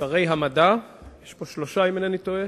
שרי המדע, יש פה שלושה, אם אינני טועה,